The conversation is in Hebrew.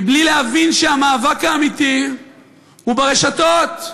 בלי להבין שהמאבק האמיתי הוא ברשתות,